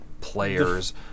players